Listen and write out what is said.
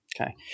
Okay